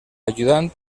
ajudant